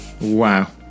Wow